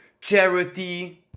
charity